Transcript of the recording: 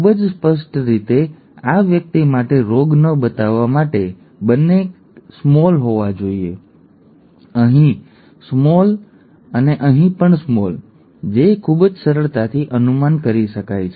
ખૂબ જ સ્પષ્ટ રીતે આ વ્યક્તિ માટે રોગ ન બતાવવા માટે બંને નાના હોવા જોઈએ અહીં નાનો અને અહીં બંને નાનો બંને જે ખૂબ જ સરળતાથી અનુમાન કરી શકાય છે